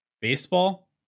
baseball